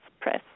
Press